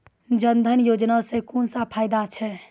जनधन योजना सॅ कून सब फायदा छै?